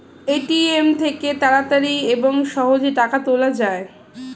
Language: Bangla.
এ.টি.এম থেকে তাড়াতাড়ি এবং সহজে টাকা তোলা যায়